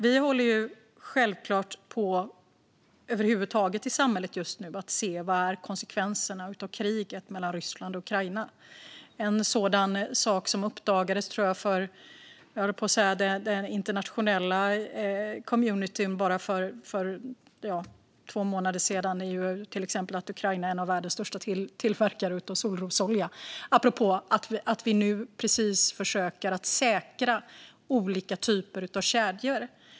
Vi håller självklart över huvud taget i samhället just nu på med att se vad konsekvenserna av kriget mellan Ryssland och Ukraina är. En sådant exempel som uppdagades för den internationella communityn för bara två månader sedan är att Ukraina är världens största tillverkare av solrosolja - apropå att vi nu försöker säkra olika typer av kedjor.